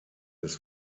des